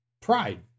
pride